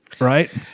right